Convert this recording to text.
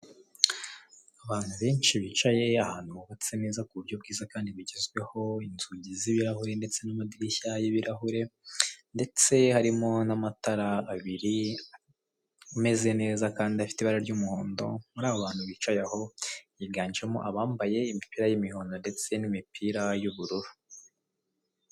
Abantu benshi bicaye ahantu hubatse neza ku buryo bwiza kandi bugezweho, inzugi z'ibirahuri ndetse n'amadirishya y'ibirahure, ndetse harimo n'amatara abiri ameze neza kandi afite ibara ry'umuhondo, muri abo bantu bicaye aho higanjemo abambaye imipira y'imihondo ndetse n'imipira y'ubururu.